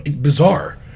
bizarre